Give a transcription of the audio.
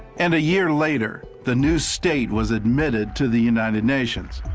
and a year later, the new state was admitted to the united nations.